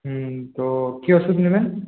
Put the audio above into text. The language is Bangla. হুম তো কী ওষুধ নেবেন